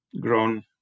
grown